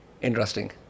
Interesting